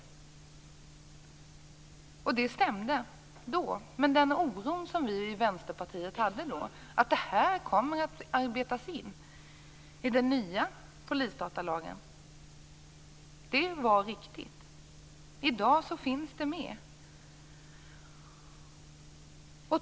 Det stämde då. Men den oro som vi i Vänsterpartiet då hyste för att detta skulle arbetas in i den nya polisdatalagen var befogad. I dag finns det med.